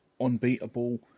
unbeatable